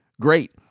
great